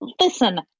Listen